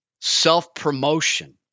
self-promotion